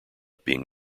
being